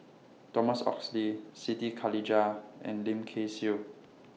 Thomas Oxley Siti Khalijah and Lim Kay Siu